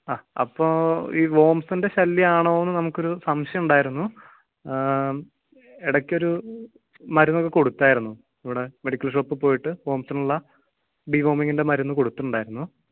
ആ അപ്പോൾ ഈ വോമ്സിൻ്റെ ശല്യമാണോയെന്ന് നമുക്കൊരു സംശയമുണ്ടായിരുന്നു ഇടയ്ക്കൊരു മരുന്നൊക്കെ കൊടുത്തായിരുന്നു ഇവിടെ മെഡിക്കൽ ഷോപ്പിൽപ്പോയിട്ട് വോമ്സിനുള്ള ഡിവോമിങ്ങിൻ്റെ മരുന്ന് കൊടുത്തിട്ടുണ്ടായിരുന്നു